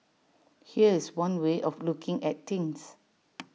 here's one way of looking at things